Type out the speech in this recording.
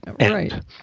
Right